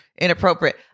inappropriate